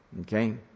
Okay